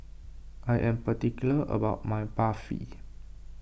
I am particular about my Barfi